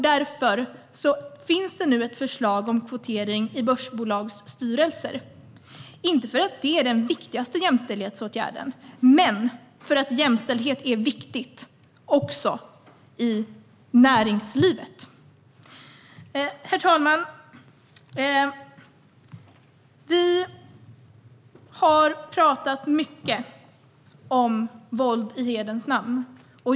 Därför finns ett förslag om kvotering i börsbolagsstyrelser, inte för att det är den viktigaste jämställdhetsåtgärden men för att jämställdhet är viktigt också i näringslivet. Herr talman! Vi har talat mycket om våld i hederns namn.